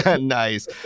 nice